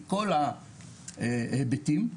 מכל ההיבטים.